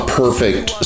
perfect